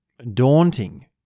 daunting